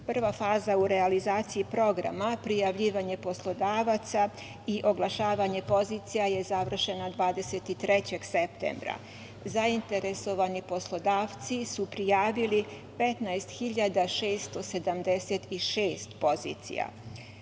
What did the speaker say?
faza u realizaciji programa, prijavljivanje poslodavaca i oglašavanje pozicija je završena 23. septembra. Zainteresovani poslodavci su prijavili 15.676 pozicija.